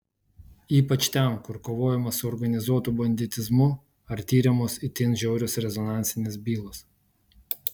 ypač ten kur kovojama su organizuotu banditizmu ar tiriamos itin žiaurios rezonansinės bylos